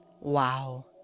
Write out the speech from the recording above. Wow